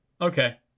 Okay